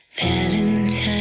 valentine